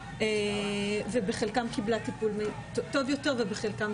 ובחלקן קיבלה טיפול טוב יותר ובחלקן